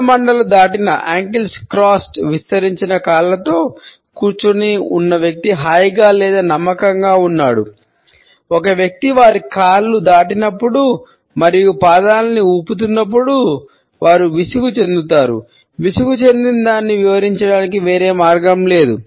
చీలమండలు దాటిన చెందుతారు విసుగు చెందినదానిని వివరించడానికి వేరే మార్గం లేదు